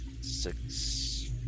Six